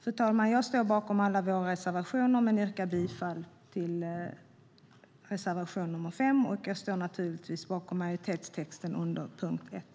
Fru talman! Jag står bakom alla våra reservationer, men yrkar bifall till reservation nr 5. Jag står naturligtvis bakom majoritetstexten under punkt 1.